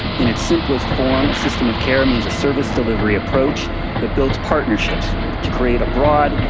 in its simplest form a system of care means a service delivery approach that builds partnerships to create a broad,